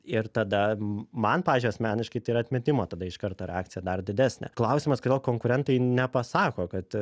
ir tada man pavyzdžiui asmeniškai tai yra atmetimo tada iš karto reakcija dar didesnė klausimas kodėl konkurentai nepasako kad